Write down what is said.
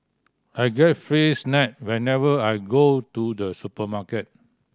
I get free snack whenever I go to the supermarket